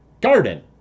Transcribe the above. Garden